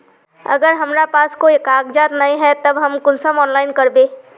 अगर हमरा पास कोई कागजात नय है तब हम कुंसम ऑनलाइन करबे?